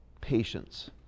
Patience